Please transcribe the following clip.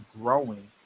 growing